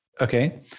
Okay